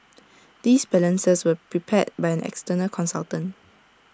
these balances were prepared by an external consultant